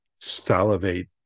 salivate